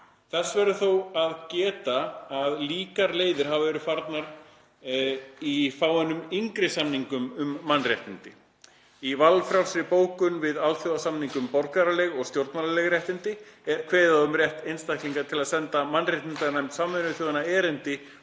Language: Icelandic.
Þess verður þó að geta að líkar leiðir hafa verið farnar í fáeinum yngri samningum um mannréttindi. Í valfrjálsri bókun við Alþjóðasamning um borgaraleg og stjórnmálaleg réttindi er kveðið á um rétt einstaklinga til að senda mannréttindanefnd Sameinuðu þjóðanna erindi